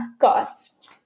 cost